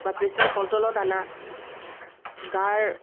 বা প্ৰেচাৰ কণ্ট্ৰলত অনা গাৰ